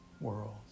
world